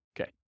Okay